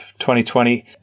2020